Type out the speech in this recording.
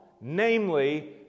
Namely